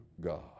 God